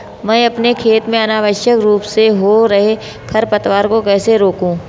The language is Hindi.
मैं अपने खेत में अनावश्यक रूप से हो रहे खरपतवार को कैसे रोकूं?